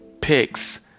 Picks